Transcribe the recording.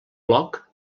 bloc